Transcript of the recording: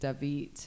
David